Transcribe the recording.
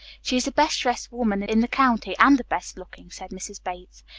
she is the best-dressed woman in the county, and the best looking, said mrs. bates,